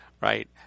Right